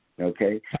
Okay